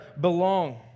belong